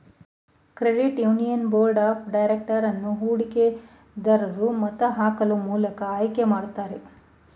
credit union board of director ಅನ್ನು ಹೂಡಿಕೆ ದರೂರು ಮತ ಹಾಕುವ ಮೂಲಕ ಆಯ್ಕೆ ಮಾಡುತ್ತಾರೆ